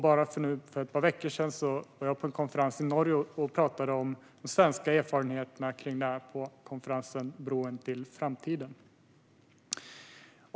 Bara för ett par veckor sedan var jag i Norge och pratade om de svenska erfarenheterna kring detta på konferensen Broen til fremtiden.